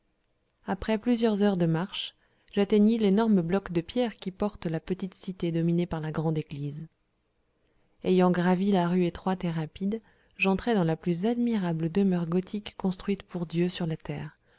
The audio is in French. après plusieurs heures de marche j'atteignis l'énorme bloc de pierres qui porte la petite cité dominée par la grande église ayant gravi la rue étroite et rapide j'entrai dans la plus admirable demeure gothique construite pour dieu sur la terre